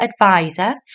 advisor